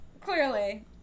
Clearly